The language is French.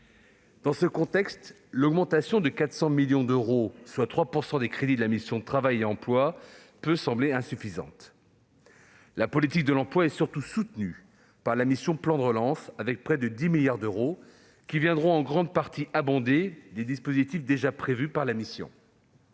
Dans ce contexte, l'augmentation de 400 millions d'euros des crédits de la mission « Travail et emploi », soit une hausse de 3 %, peut sembler insuffisante. La politique de l'emploi est surtout soutenue par la mission « Plan de relance », avec près de 10 milliards d'euros qui viendront en grande partie abonder des dispositifs déjà prévus par la mission.